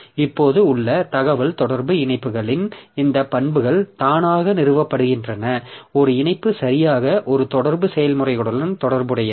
இப்போது உள்ள தகவல் தொடர்பு இணைப்புகளின் இந்த பண்புகள் தானாக நிறுவப்படுகின்றன ஒரு இணைப்பு சரியாக ஒரு தொடர்பு செயல்முறைகளுடன் தொடர்புடையது